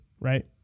right